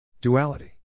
Duality